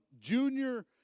junior